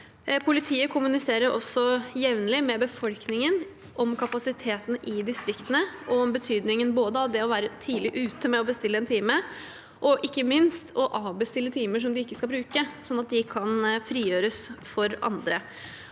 Politiet kommuniserer også jevnlig med befolkningen om kapasiteten i distriktene og om betydningen av både det å være tidlig ute med å bestille time og ikke minst å avbestille timer man ikke skal bruke, sånn at de